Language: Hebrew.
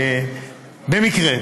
במקרה,